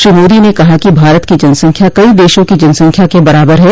श्री मोदी ने कहा कि भारत की जनसंख्या कई देशों की जनसंख्या के बराबर है